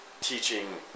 teaching